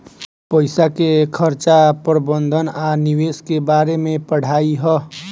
पईसा के खर्चा प्रबंधन आ निवेश के बारे में पढ़ाई ह